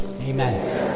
Amen